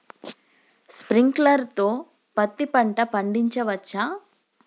Sprinkler తో పత్తి పంట పండించవచ్చా?